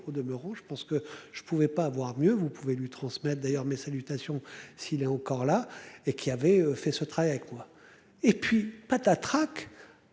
au demeurant je pense que je pouvais pas avoir mieux vous pouvez lui transmettre. D'ailleurs mes salutations s'il est encore là et qui avait fait ce travail avec quoi. Et puis patatras